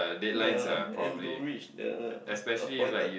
yea and to reach the app~ appointed